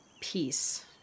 peace